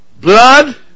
Blood